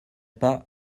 pas